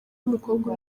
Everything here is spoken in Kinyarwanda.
w’umukobwa